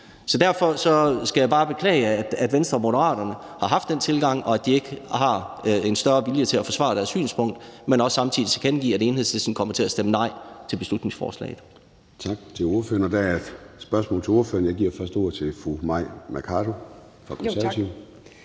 Så derfor skal jeg bare beklage, at Venstre og Moderaterne har haft den tilgang, og at de ikke har en større vilje til at forsvare deres synspunkt. Men jeg skal også samtidig tilkendegive, at Enhedslisten kommer til at stemme nej til beslutningsforslaget.